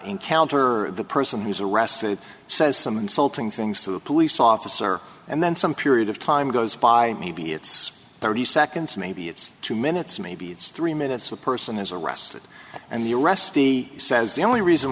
encounter the person who's arrested says some insulting things to the police officer and then some period of time goes by maybe it's thirty seconds maybe it's two minutes maybe it's three minutes the person is arrested and the arrest the says the only reason